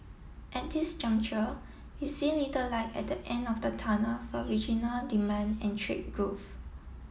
at this juncture we see little light at the end of the tunnel for regional demand and trade growth